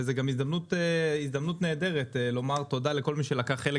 וזאת גם הזדמנות נהדרת לומר תודה לכל מי שלקח חלק,